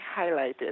highlighted